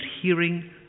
hearing